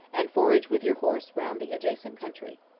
and forage with your horse round the adjacent country.